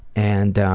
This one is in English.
and